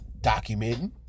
Documenting